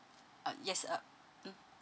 uh yes uh mm